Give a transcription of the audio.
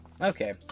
Okay